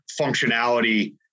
functionality